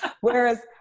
whereas